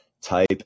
type